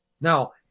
Now